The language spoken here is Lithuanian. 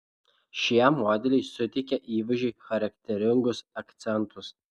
šie modeliai suteikia įvaizdžiui charakteringus akcentus